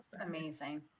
Amazing